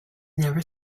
never